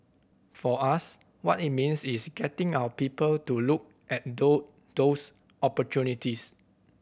for us what it means is getting our people to look at those those opportunities